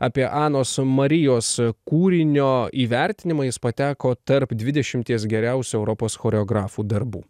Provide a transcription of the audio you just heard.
apie anos marijos kūrinio įvertinimą jis pateko tarp dvidešimties geriausių europos choreografų darbų